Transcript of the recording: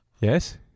Yes